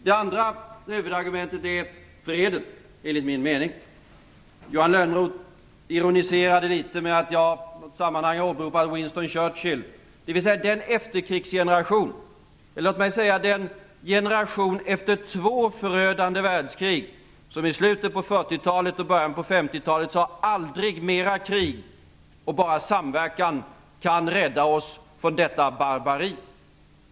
Det andra huvudargumentet alltså är enligt min mening freden. Johan Lönnroth ironiserade litet över att jag i något sammanhang åberopat Winston Churchill, dvs. den generation efter två förödande världskrig som i slutet av 40-talet och i början av 50 talet sade: Aldrig mera krig. Bara samverkan kan rädda oss från detta barbari.